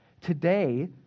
Today